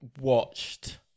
watched